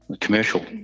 commercial